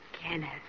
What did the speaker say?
kenneth